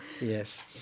Yes